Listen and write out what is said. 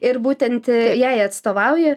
ir būtent jai atstovauji